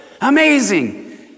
amazing